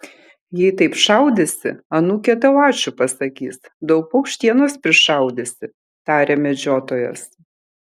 jei taip šaudysi anūkė tau ačiū pasakys daug paukštienos prišaudysi tarė medžiotojas